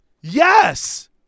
yes